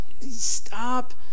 stop